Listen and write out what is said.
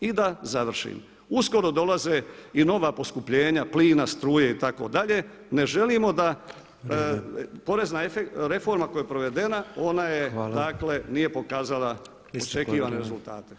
I da završim, uskoro dolaze i nova poskupljenja plina, struje itd., ne želimo da porezna reforma koja je provedena, ona je dakle nije pokazala iščekivane rezultate.